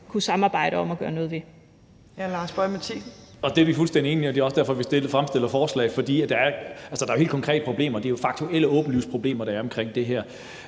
11:46 Lars Boje Mathiesen (NB): Det er vi fuldstændig enige i, og det er også derfor, vi fremsætter forslaget, for der er jo helt konkrete problemer. Det er faktuelle, åbenlyse problemer, der er omkring det her.